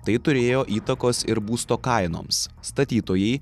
tai turėjo įtakos ir būsto kainoms statytojai